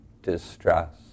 distress